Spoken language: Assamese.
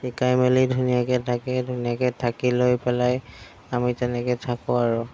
শিকাই মেলি ধুনীয়াকৈ থাকে ধুনীয়াকৈ থাকি লৈ পেলাই আমি তেনেকৈ থাকোঁ আৰু